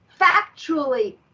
factually